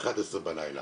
לראות את התשובה במלואה.